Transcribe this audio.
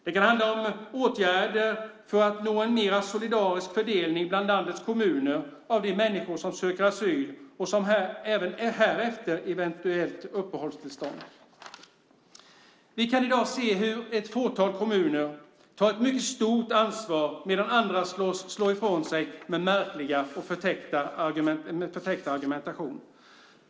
Det kan handla om åtgärder för att nå en mer solidarisk fördelning bland landets kommuner av de människor som söker asyl och som även härefter eventuellt får uppehållstillstånd. Vi kan i dag se hur ett fåtal kommuner tar ett mycket stort ansvar medan andra slår ifrån sig med märklig och förtäckt argumentation.